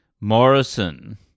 Morrison